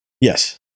Yes